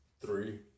Three